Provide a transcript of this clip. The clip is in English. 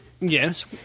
Yes